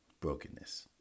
Brokenness